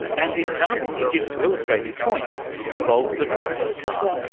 and the example he gives to illustrate his point involves the driverless car.